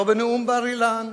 לא בנאום בר-אילן,